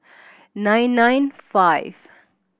nine nine five